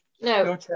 no